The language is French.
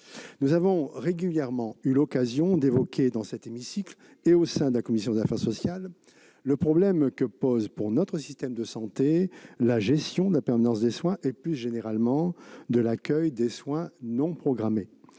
Nous avons régulièrement eu l'occasion d'évoquer dans cet hémicycle et au sein de la commission des affaires sociales le problème que pose pour notre système de santé la gestion de la permanence des soins et, plus généralement, de l'accueil des soins non programmés-